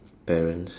parents